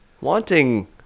wanting